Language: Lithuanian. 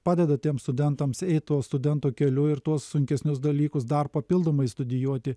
padeda tiems studentams eit tuo studento keliu ir tuos sunkesnius dalykus dar papildomai studijuoti